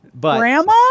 Grandma